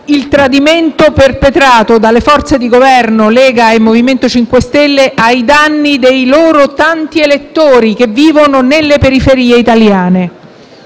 il tradimento perpetrato dalle forze di Governo, Lega e MoVimento 5 Stelle, ai danni dei loro tanti elettori che vivono nelle periferie italiane.